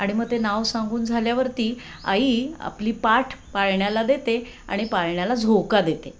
आणि मग ते नाव सांगून झाल्यावरती आई आपली पाठ पाळण्याला देते आणि पाळण्याला झोका देते